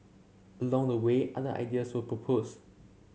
along the way other ideas were proposed